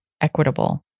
equitable